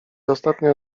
ostatnia